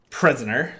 prisoner